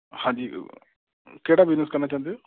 ਹਾਂਜੀ ਕਿਹੜਾ ਬਿਜ਼ਨਸ ਕਰਨਾ ਚਾਹੁੰਦੇ ਹੋ